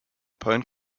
point